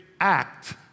act